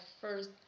first